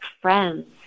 friends